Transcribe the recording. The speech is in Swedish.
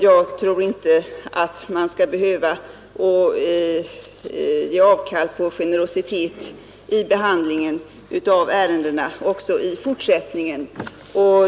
Jag tror inte att man skall behöva ge avkall på generositeten vid behandlingen av ärendena i fortsättningen heller.